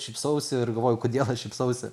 šypsausi ir galvoju kodėl aš šypsausi